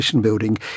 building